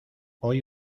hoy